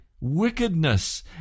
wickedness